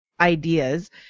ideas